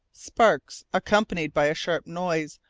sparks, accompanied by a sharp noise,